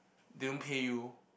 they won't pay you